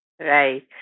Right